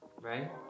Right